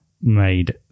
made